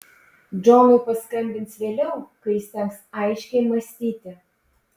džonui paskambins vėliau kai įstengs aiškiai mąstyti